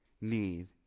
need